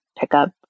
pickup